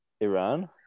Iran